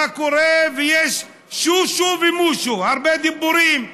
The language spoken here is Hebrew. מה קורה, ויש שושו ומושו, הרבה דיבורים.